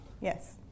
Yes